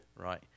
right